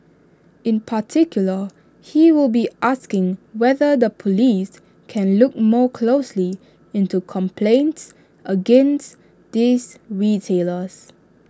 in particular he will be asking whether the Police can look more closely into complaints against these retailers